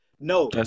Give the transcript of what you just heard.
No